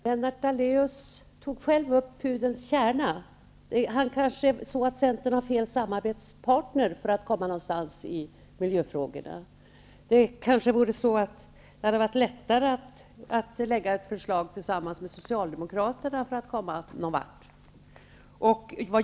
Herr talman! Lennart Daléus tog själv upp pudelns kärna. Kanske har Centern fel samarbetspartner för att komma någonstans i miljöfrågorna. Det kanske hade varit lättare att lägga fram ett förslag tillsammans med Socialdemokraterna, för att komma någonvart.